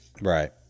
Right